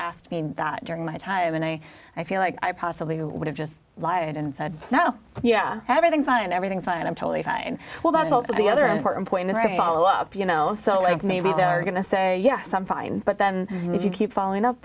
asked me that during my time and i i feel like i possibly would have just lied and said no yeah everything's fine everything's fine i'm totally fine well that was also the other important point is to follow up you know so i think maybe they're going to say yes i'm fine but then if you keep following up